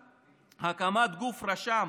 הקמת גוף רשם